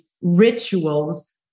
rituals